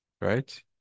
Right